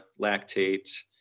lactate